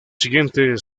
siguiente